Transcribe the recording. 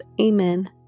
Amen